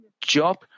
Job